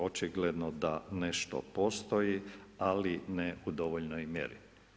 Očigledno da nešto postoji, ali ne u dovoljnoj mjeri.